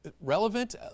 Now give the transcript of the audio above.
relevant